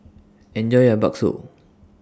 Enjoy your Bakso